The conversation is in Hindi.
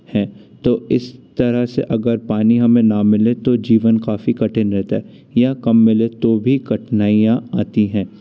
हैं तो इस तरह से अगर पानी हमें न मिले तो जीवन काफ़ी कठिन रहता है यह कम मिले तो भी कठिनाइयाँ आती हैं